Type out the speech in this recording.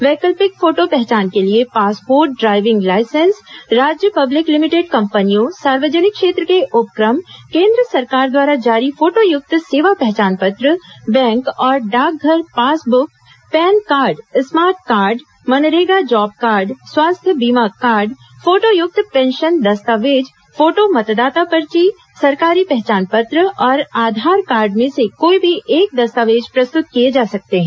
वैकल्पिक फोटो पहचान के लिए पासपोर्ट ड्राईविंग लाइसेंस राज्य पब्लिक लिमिटेड कम्पनियों सार्वजनिक क्षेत्र के उपक्रम केन्द्र सरकार द्वारा जारी फोटोयुक्त सेवा पहचान पत्र बैंक और डाकघर passbook PAN card smart card MNREGA job card स्वास्थ्य बीमा कार्ड फोटोयुक्त पेंशन दस्तावेज फोटो मतदाता पर्ची सरकारी पहचान पत्र और आधार कार्ड में से कोई भी एक दस्तावेज प्रस्तुत किए जा सकते हैं